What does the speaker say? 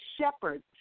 shepherds